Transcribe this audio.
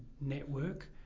network